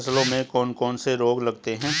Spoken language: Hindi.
फसलों में कौन कौन से रोग लगते हैं?